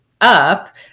up